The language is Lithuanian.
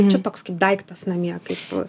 čia toks kaip daiktas namie kaip